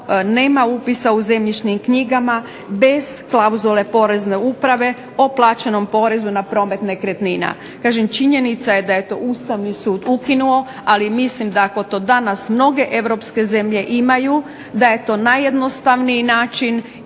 nema upisa u zemljišnim knjigama, bez klauzule porezne uprave o plaćenom porezu na promet nekretnina. Kažem činjenica je da je to Ustavni sud ukinuo, ali mislim da ako to danas mnoge europske zemlje imaju, da je to najjednostavniji način